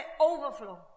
overflow